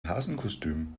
hasenkostüm